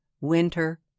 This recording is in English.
Winter